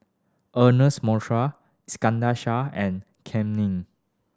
Ernest Iskandar Shah and Kam Ning